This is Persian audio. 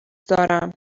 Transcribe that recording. دارم